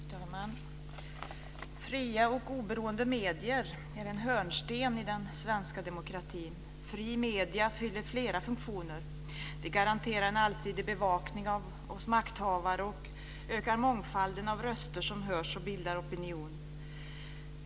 Fru talman! Fria och oberoende medier är en hörnsten i den svenska demokratin. Fria medier fyller flera funktioner. De garanterar en allsidig bevakning av makthavare och ökar mångfalden av röster som hörs och bildar opinion.